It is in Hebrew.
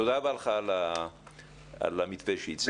תודה רבה לך על המתווה שהצעת.